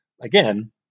again